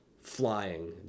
flying